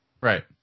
Right